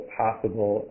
possible